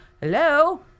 hello